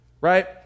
right